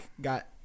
got